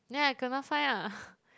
then I kena fine lah